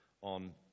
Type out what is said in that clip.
on